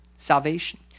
Salvation